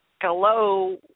Hello